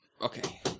Okay